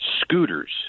scooters